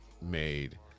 made